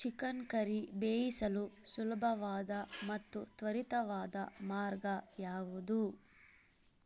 chicken curry ಬೇಯಿಸಲು ಸುಲಭವಾದ ಮತ್ತು ತ್ವರಿತವಾದ ಮಾರ್ಗ ಯಾವುದು